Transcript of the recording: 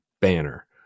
Banner